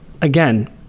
again